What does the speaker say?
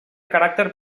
caràcter